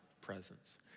presence